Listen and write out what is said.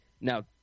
now